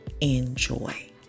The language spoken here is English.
Enjoy